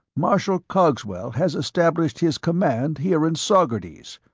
marshal cogswell has established his command here in saugerties.